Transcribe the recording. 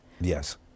Yes